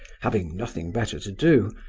having nothing better to do,